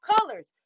colors